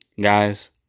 guys